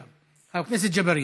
אל תעיר אותי, חבר הכנסת ג'בארין.